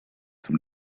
zum